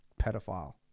pedophile